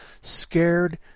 scared